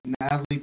Natalie